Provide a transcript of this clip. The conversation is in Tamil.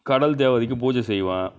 கடல் தேவதைக்கு பூஜை செய்வேன்